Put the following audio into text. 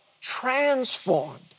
Transformed